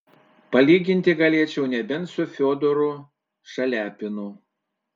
palyginti galėčiau nebent su fiodoru šaliapinu